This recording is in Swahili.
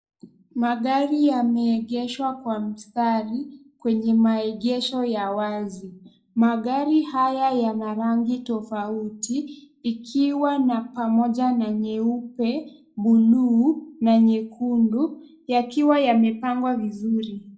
Magari yameegeshwa kwa mstari kwenye maegesho ya wazi. Magari haya yana rangi tofauti ikiwa na pamoja na nyeupe, buluu na nyekundu, yakiwa yamepangwa vizuri.